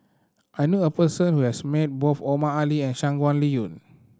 I know a person who has met both Omar Ali and Shangguan Liuyun